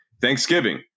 Thanksgiving